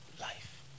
life